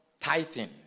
tithing